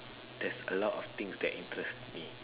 there's a lot of things that interest me